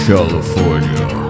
California